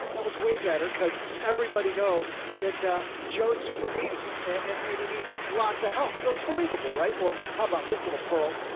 that was way better because everybody know that joe super needy and he needs lots of help. so it's believable, right? or how about this little pearl?